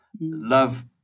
Love